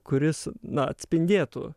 kuris na atspindėtų